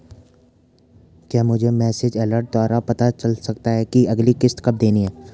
क्या मुझे message alert द्वारा पता चल सकता कि अगली किश्त कब देनी है?